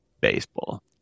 baseball